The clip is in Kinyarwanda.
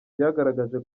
ryagaragaje